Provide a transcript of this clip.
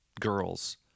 girls –